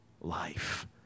life